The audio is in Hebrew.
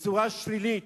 בצורה שלילית,